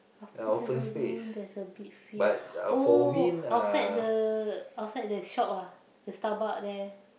after the lagoon there's a beach field oh outside the outside the shop ah the Starbuck there